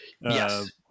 yes